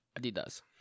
Adidas